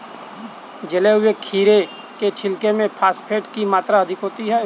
जले हुए खीरे के छिलके में फॉस्फेट की मात्रा अधिक होती है